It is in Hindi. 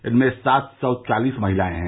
इनमें सात सौ चालिस महिलाएं हैं